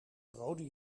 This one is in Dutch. rode